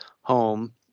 home